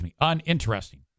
uninteresting